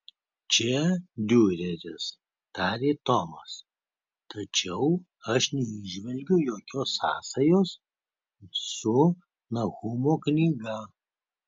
čia diureris tarė tomas tačiau aš neįžvelgiu jokios sąsajos su nahumo knyga